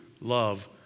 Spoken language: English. love